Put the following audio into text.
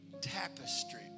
tapestry